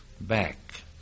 back